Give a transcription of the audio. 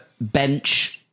bench